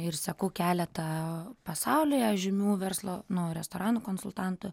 ir seku keletą pasaulyje žymių verslo nu restoranų konsultantų